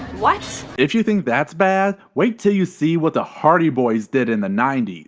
what? if you think that's bad wait till you see what the hardy boys did in the ninety s.